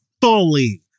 fully